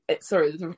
sorry